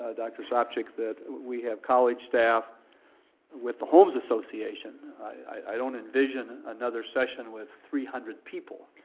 ah dr. sopcich, that we have college staff with the homes association. i don't envision another session with three hundred people.